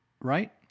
Right